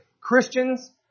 Christians